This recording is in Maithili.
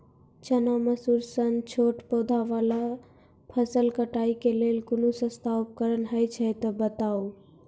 चना, मसूर सन छोट पौधा वाला फसल कटाई के लेल कूनू सस्ता उपकरण हे छै तऽ बताऊ?